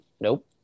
nope